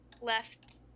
left